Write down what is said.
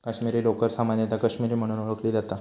काश्मीरी लोकर सामान्यतः काश्मीरी म्हणून ओळखली जाता